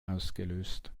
ausgelöst